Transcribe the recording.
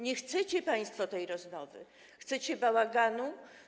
Nie chcecie państwo tej rozmowy, chcecie bałaganu.